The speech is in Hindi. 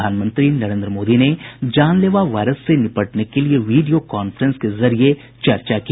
प्रधानमंत्री नरेन्द्र मोदी ने जानलेवा वायरस से निपटने के लिए वीडियो कांफ्रेस के जरिये चर्चा की